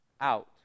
out